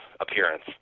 appearance